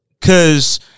Cause